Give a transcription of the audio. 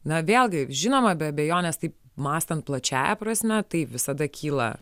na vėlgi žinoma be abejonės tai mąstant plačiąja prasme taip visada kyla